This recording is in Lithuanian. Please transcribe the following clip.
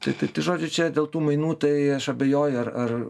tai tai tai žodžiu čia dėl tų mainų tai aš abejoju ar ar